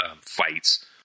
fights